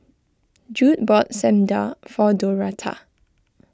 Jude bought Samdar for Doretta